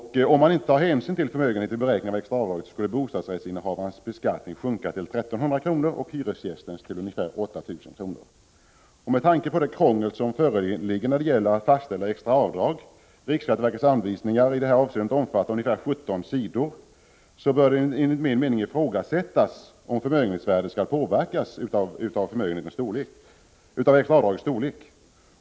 Om man inte tar hänsyn till förmögenheten vid beräkning av det extra avdraget, skulle bostadsrättsinnehavarens skatt sänkas till 1 300 kr. och hyresgästens till ungefär 8 000 kr. Med tanke på det krångel som föreligger när det gäller att fastställa det extra avdraget — riksskatteverkets anvisningar i detta avseende omfattar ungefär 17 sidor — bör det enligt min mening ifrågasättas om förmögenhetsvärdet skall påverka det extra avdragets storlek.